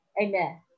Amen